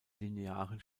linearen